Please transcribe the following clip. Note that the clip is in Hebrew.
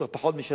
בתוך פחות משנה,